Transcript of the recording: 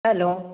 hello